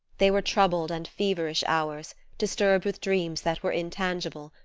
they were troubled and feverish hours, disturbed with dreams that were intangible,